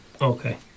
Okay